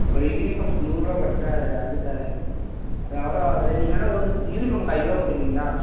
ஒரு யூனிஃபார்முக்கு நூறுபா குறைச்சா அது அது க அது அவ்வளவா ஆகாது நீங்கள் வேணால் ஒரு யூனிஃபார்முக்கு ஐந்நூறுபா போட்டுக்கிறீங்களா